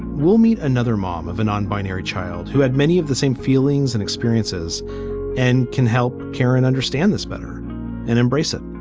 we'll meet another mom of a non binary child who had many of the same feelings and experiences and can help and understand this better and embrace it.